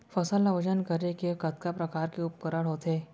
फसल ला वजन करे के कतका प्रकार के उपकरण होथे?